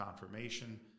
confirmation